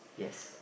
yes